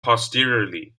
posteriorly